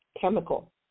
chemical